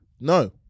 No